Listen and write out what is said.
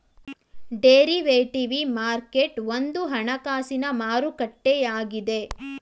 derivative market ಒಂದು ಹಣಕಾಸಿನ ಮಾರುಕಟ್ಟೆಯಾಗಿದೆ